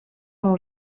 n’ont